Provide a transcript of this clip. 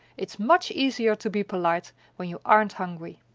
it's much easier to be polite when you aren't hungry.